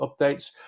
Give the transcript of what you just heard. updates